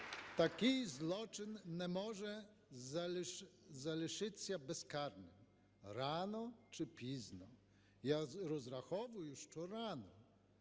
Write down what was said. Такий злочин не може залишитися безкарним рано чи пізно. Я розраховую, що рано.